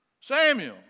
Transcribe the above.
Samuel